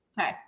Okay